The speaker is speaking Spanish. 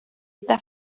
esta